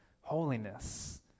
holiness